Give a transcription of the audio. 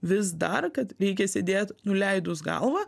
vis dar kad reikia sėdėt nuleidus galvą